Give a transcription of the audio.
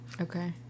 Okay